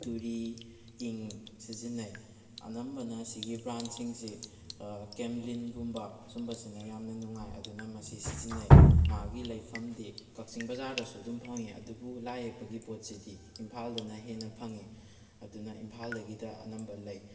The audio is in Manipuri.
ꯇꯨꯔꯤ ꯏꯪꯛ ꯁꯤꯖꯤꯟꯅꯩ ꯑꯅꯝꯕꯅ ꯁꯤꯒꯤ ꯕ꯭꯭ꯔꯥꯟꯁꯤꯡꯁꯤ ꯀꯦꯝꯂꯤꯟꯒꯨꯝꯕ ꯑꯁꯨꯝꯕ ꯁꯤꯅ ꯌꯥꯝ ꯅꯨꯡꯉꯥꯏ ꯑꯗꯨꯅ ꯃꯁꯤ ꯁꯤꯖꯤꯟꯅꯩ ꯃꯥꯒꯤ ꯂꯩꯐꯝꯗꯤ ꯀꯛꯆꯤꯡ ꯕꯖꯥꯔꯗꯁꯨ ꯑꯗꯨꯝ ꯐꯪꯏ ꯑꯗꯨꯨꯕꯨ ꯂꯥꯏ ꯌꯦꯛꯄꯒꯤ ꯄꯣꯠꯁꯤꯗꯤ ꯏꯝꯐꯥꯜꯗꯅ ꯍꯦꯟꯅ ꯐꯪꯏ ꯑꯗꯨꯅ ꯏꯝꯐꯥꯜꯗꯒꯤꯇ ꯑꯅꯝꯕ ꯂꯩ